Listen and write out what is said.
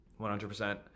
100%